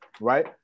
right